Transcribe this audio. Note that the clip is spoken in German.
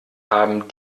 haben